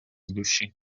душі